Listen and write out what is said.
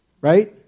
right